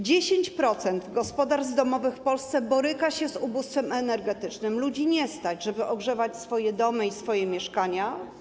10% gospodarstw domowych w Polsce boryka się z ubóstwem energetycznym, ludzi nie stać na to, żeby ogrzewać swoje domy i swoje mieszkania.